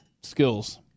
skills